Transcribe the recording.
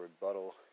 rebuttal